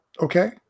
okay